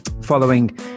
following